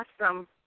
awesome